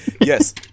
Yes